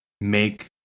make